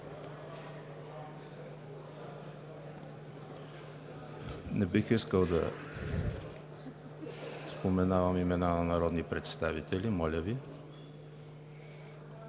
Не бих искал да споменавам имена на народни представители, моля Ви!